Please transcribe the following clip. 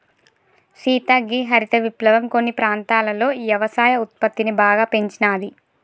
సీత గీ హరిత విప్లవం కొన్ని ప్రాంతాలలో యవసాయ ఉత్పత్తిని బాగా పెంచినాది